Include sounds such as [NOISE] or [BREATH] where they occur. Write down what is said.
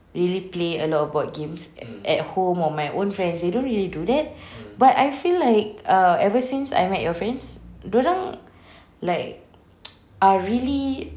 really play a lot of board games at home or my own friends they don't really do that [BREATH] but I feel like ever since I met your friends dorang like [NOISE] are really